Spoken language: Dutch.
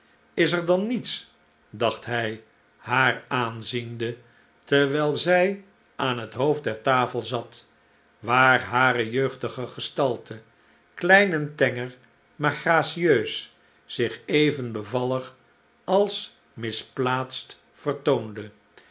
is er dan niets dacht hij haar aanziende terwijl zij aan het hoofd der tafel zat waar hare jeugdige gestalte klein en tenger maar gracieus zich even bevallig als misplaatst vertoonde